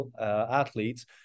athletes